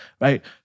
right